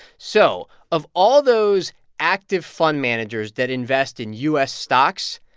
so of all those active fund managers that invest in u s. stocks,